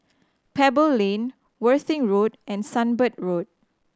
Pebble Lane Worthing Road and Sunbird Road